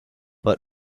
but